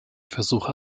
versuche